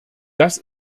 das